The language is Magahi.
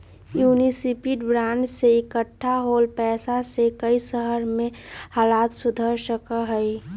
युनिसिपल बांड से इक्कठा होल पैसा से कई शहर के हालत सुधर सका हई